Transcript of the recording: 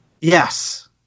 Yes